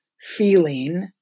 feeling